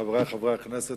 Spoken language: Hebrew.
חברי חברי הכנסת,